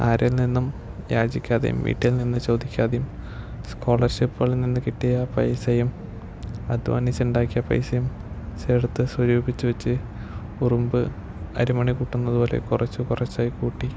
ആരിൽ നിന്നും യാചിക്കാതെയും വീട്ടിൽ നിന്ന് ചോദിക്കാതെയും സ്കോളർഷിപ്പുകളിൽ നിന്ന് കിട്ടിയ പൈസയും അധ്വാനിച്ചുണ്ടാക്കിയ പൈസയും ചേർത്ത് സ്വരൂപിച്ച് വച്ച് ഉറുമ്പ് അരിമണി കൂട്ടുന്നതു പോലെ കുറച്ചു കുറച്ചായി കൂട്ടി